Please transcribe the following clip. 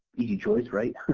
easy choice right.